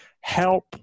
help